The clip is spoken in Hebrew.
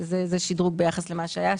זה שדרוג חשוב ביחס למה שהיה.